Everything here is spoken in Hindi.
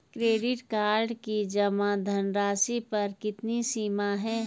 क्रेडिट कार्ड की जमा धनराशि पर कितनी सीमा है?